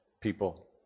people